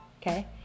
okay